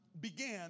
began